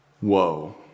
Whoa